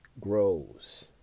grows